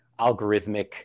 algorithmic